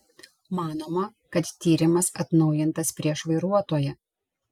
manoma kad tyrimas atnaujintas prieš vairuotoją